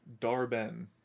Darben